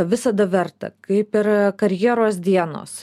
visada verta kaip ir karjeros dienos